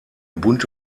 bunte